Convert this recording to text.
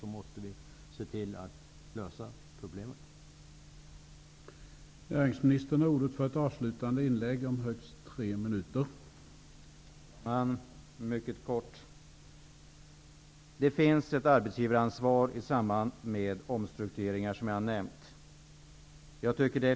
Annars måste vi se till att det problemet blir löst.